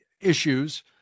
issues